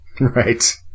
Right